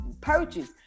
purchase